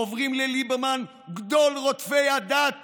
וחוברים לליברמן, גדול רודפי הדת